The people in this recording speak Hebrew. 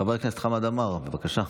חבר הכנסת חמד עמאר, בבקשה.